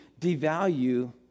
devalue